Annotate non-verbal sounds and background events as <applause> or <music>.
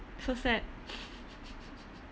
so sad <laughs>